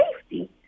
safety